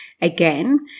again